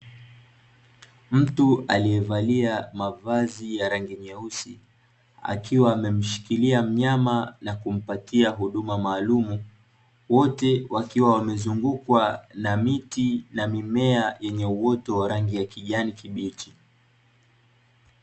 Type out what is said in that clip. Mtu aliyevalia mavazi ya rangi nyeusi akiwa amemshikilia mnyama na kumpatia huduma maalumu, wote wakiwa wamezungukwa na miti, na mimea yenye uoto wa rangi ya kijani kibichi.